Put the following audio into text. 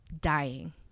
dying